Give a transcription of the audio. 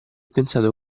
pensato